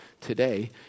today